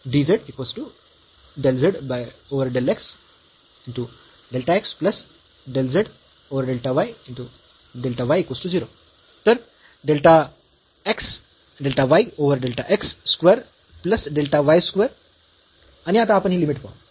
तर delta x delta y over delta x square plus delta y square आणि आता आपण ही लिमिट पाहू